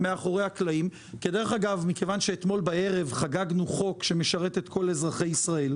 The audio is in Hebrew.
מכיוון שהזכרנו את הבחירות הראשיות,